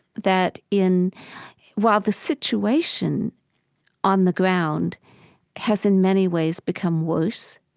that in while the situation on the ground has in many ways become worse,